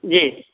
जी